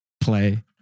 play